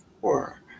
four